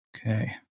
Okay